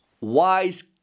wise